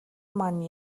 маань